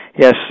Yes